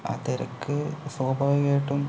ആ തിരക്ക് സ്വാഭാവികമായിട്ടും